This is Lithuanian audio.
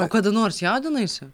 o kada nors jaudinaisi